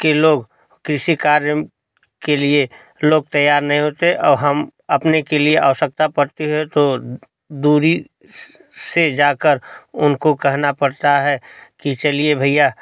के लोग किसी कार्य के लिए लोग तैयार नहीं होते और हम अपने के लिए आवश्यकता पड़ती है तो दूरी से जाकर उनको कहना पड़ता है कि चलिये भैया